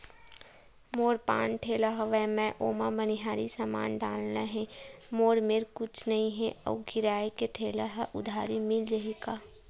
मोर पान ठेला हवय मैं ओमा मनिहारी समान डालना हे मोर मेर कुछ नई हे आऊ किराए के ठेला हे उधारी मिल जहीं का?